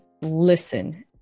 listen